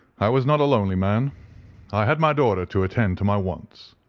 i was not a lonely man i had my daughter to attend to my wants.